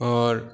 आओर